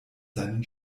seinen